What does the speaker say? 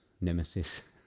nemesis